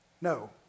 No